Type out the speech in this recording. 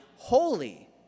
holy